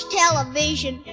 television